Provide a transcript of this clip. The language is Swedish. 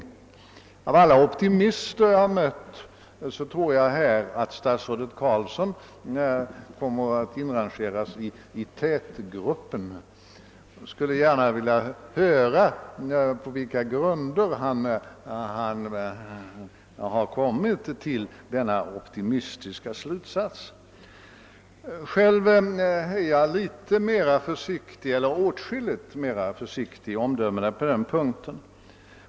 Bland alla optimister jag har mött tror jag att statsrådet Carlsson kommer att inrangeras i tätgruppen. Jag skulle gärna vilja höra på vilka grunder han har kommit till denna optimistiska slutsats. Själv är jag åtskilligt mer försiktig i omdömet på den punkten.